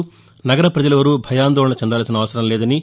న్ నగర ప్రజలెవరూ భయాందోళన చెందాల్సిన అవసరం లేదని